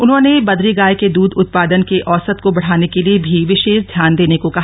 उन्होंने बद्री गाय के दूध उत्पादन के औसत को बढ़ाने के लिए भी विशेष ध्यान देने को कहा